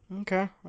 Okay